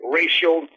racial